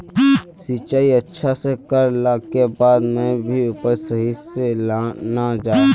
सिंचाई अच्छा से कर ला के बाद में भी उपज सही से ना होय?